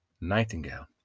Nightingale